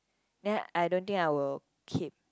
then I don't think I will keep